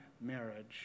marriage